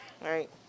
right